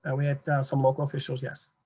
and we had some local officials, yes.